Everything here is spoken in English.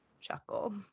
Chuckle